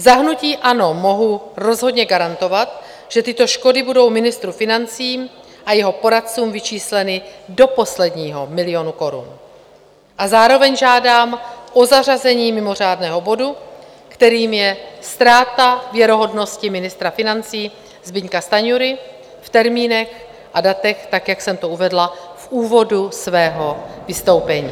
Za hnutí ANO mohu rozhodně garantovat, že tyto škody budou ministru financí a jeho poradcům vyčísleny do posledního milionu korun, a zároveň žádám o zařazení mimořádného bodu, kterým je Ztráta věrohodnosti ministra financí Zbyňka Stanjury, v termínech a datech tak, jak jsem to uvedla v úvodu svého vystoupení.